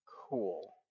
Cool